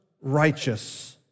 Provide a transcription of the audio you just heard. righteous